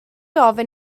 ofyn